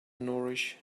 nourish